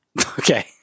Okay